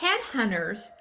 Headhunters